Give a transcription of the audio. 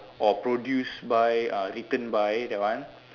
or produced by uh written by that one